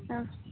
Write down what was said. आं